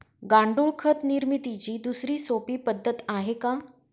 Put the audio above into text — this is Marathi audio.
गांडूळ खत निर्मितीची दुसरी सोपी पद्धत आहे का?